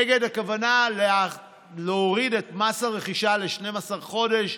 נגד הכוונה להוריד את מס הרכישה ל-12 חודשים,